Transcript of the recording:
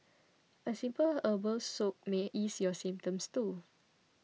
a simple herbal soak may ease your symptoms too